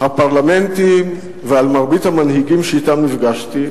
הפרלמנטים ועל מרבית המנהיגים שאתם נפגשתי,